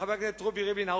חבר הכנסת רובי ריבלין,